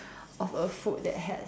of a food that has